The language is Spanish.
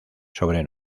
sobre